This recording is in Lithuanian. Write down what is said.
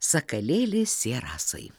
sakalėli sierasai